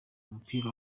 umupira